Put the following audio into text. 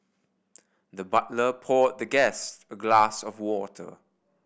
the butler poured the guest a glass of water